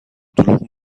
دروغ